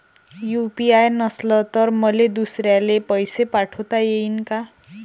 UPI नसल तर मले दुसऱ्याले पैसे पाठोता येईन का?